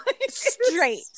Straight